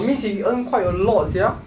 means he earn quite a lot sia